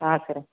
ಹಾಂ ಸರ್